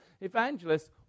evangelists